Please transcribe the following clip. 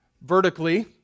Vertically